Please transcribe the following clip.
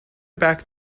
back